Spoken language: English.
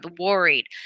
worried